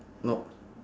no